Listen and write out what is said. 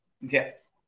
Yes